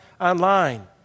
online